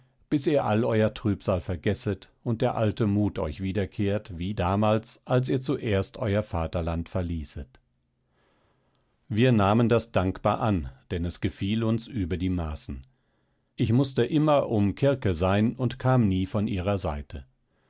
bis ihr all eurer trübsal vergesset und der alte mut euch wiederkehrt wie damals als ihr zuerst euer vaterland verließet wir nahmen das dankbar an denn es gefiel uns über die maßen ich mußte immer um kirke sein und kam nie von ihrer seite